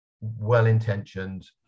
well-intentioned